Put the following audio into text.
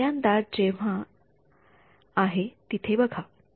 पहिल्यांदा जेव्हा आहे तिथे बघा